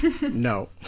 No